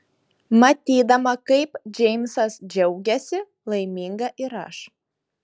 matydama kaip džeimsas džiaugiasi laiminga ir aš